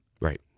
Right